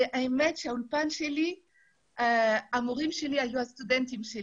והאמת היא שבאולפן שלי המורים שלי היו הסטודנטים שלי.